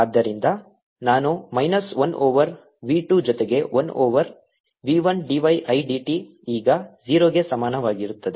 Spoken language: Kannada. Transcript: ಆದ್ದರಿಂದ ನಾನು ಮೈನಸ್ 1 ಓವರ್ v 2 ಜೊತೆಗೆ 1 over v 1 d y i d t ಈಗ 0 ಗೆ ಸಮಾನವಾಗಿರುತ್ತದೆ